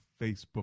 facebook